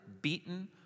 beaten